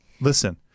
Listen